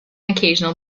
occasional